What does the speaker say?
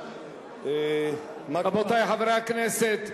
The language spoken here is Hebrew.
רבותי חברי הכנסת,